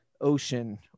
ocean